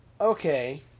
Okay